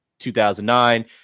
2009